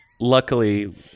luckily